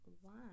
one